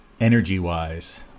Energy-wise